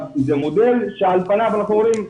זה מודל שעל פניו אנחנו אומרים,